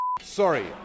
Sorry